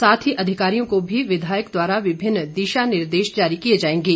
साथ ही अधिकारियों को भी विधायक द्वारा विभिन्न दिशानिर्देश जारी किए जाएंगे